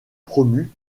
promu